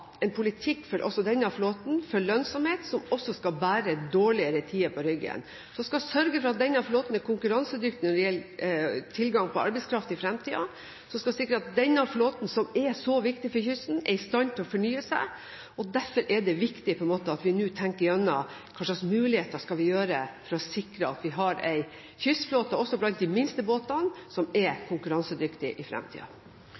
en politikk for lønnsomhet, som skal bære dårligere tider på ryggen, som skal sørge for at denne flåten er konkurransedyktig når det gjelder tilgang på arbeidskraft i fremtiden, og som skal sikre at denne flåten – som er så viktig for kysten – er i stand til å fornye seg. Derfor er det viktig at vi nå tenker gjennom hvilke muligheter som gjør at vi sikrer at vi har en kystflåte – også blant de minst båtene – som